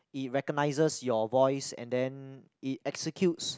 it recognises your voice and then it executes